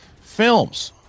Films